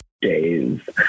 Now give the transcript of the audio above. days